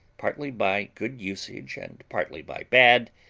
partly by good usage and partly by bad,